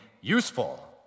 useful